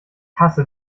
hasse